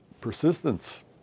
persistence